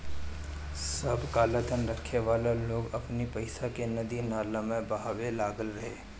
सब कालाधन रखे वाला लोग अपनी पईसा के नदी नाला में बहावे लागल रहे